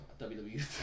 WWE